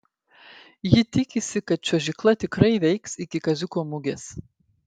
ji tikisi kad čiuožykla tikrai veiks iki kaziuko mugės